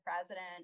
president